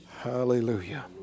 Hallelujah